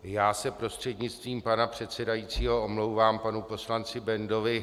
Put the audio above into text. Já se prostřednictvím pana předsedajícího omlouvám panu poslanci Bendovi.